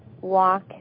walk